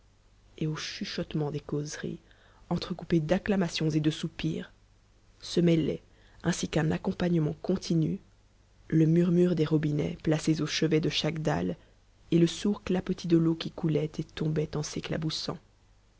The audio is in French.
et aux chuchotements des causeries entrecoupées d'acclamations et de soupirs se mêlaient ainsi qu'un accompagnement continu le murmure des robinets placés au chevet de chaque dalle et le sourd clapotis de l'eau qui coulait et tombait en s'éclaboussant